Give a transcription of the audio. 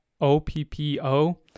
O-P-P-O